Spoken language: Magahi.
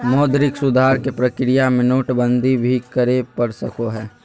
मौद्रिक सुधार के प्रक्रिया में नोटबंदी भी करे पड़ सको हय